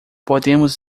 podemos